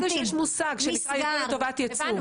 זה יבוא לטובת יצוא.